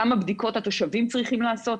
כמה בדיקות התושבים צריכים לעשות.